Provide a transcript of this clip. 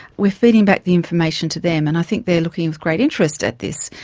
we are feeding back the information to them. and i think they are looking with great interest at this.